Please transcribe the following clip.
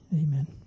Amen